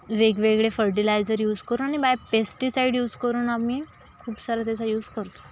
वेगवेगळे fertiliser use करून आणि बायपेस्टीसाईड यूज करून आम्ही खूप सारा त्याच्या यूज करतो